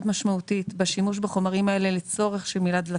משמעותית בשימוש בחומרים האלה לצורך שימור הדלקים,